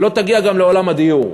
לא תגיע גם לעולם הדיור.